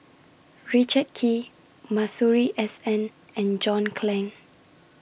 Richard Kee Masuri S N and John Clang